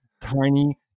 tiny